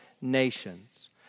nations